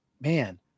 man